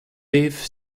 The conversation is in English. beef